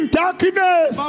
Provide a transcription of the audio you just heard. darkness